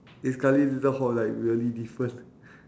eh sekali later how like really different